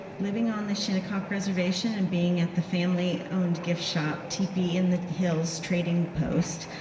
living on the shinnecock reservation and being at the family-owned gift shop, teepee in the hills trading post,